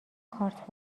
کارت